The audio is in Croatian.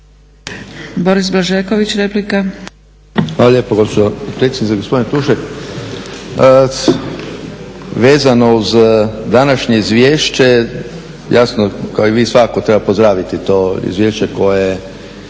Boris Blažeković, replika.